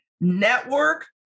Network